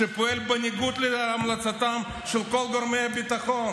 שפועל בניגוד להמלצתם של כל גורמי הביטחון.